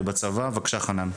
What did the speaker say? חנן, בבקשה.